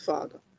Father